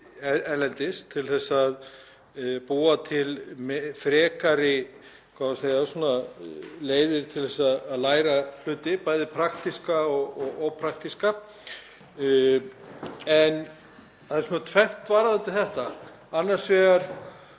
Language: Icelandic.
erlendis til að búa til frekari leiðir til að læra hluti, bæði praktíska og ópraktíska. En það er tvennt varðandi þetta. Annars vegar: